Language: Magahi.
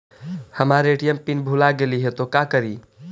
हमर ए.टी.एम पिन भूला गेली हे, तो का करि?